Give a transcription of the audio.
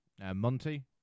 Monty